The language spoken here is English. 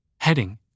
Heading